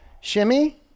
shimmy